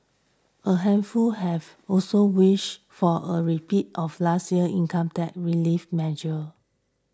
a handful have also wished for a repeat of last year's income tax relief measure